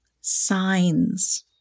signs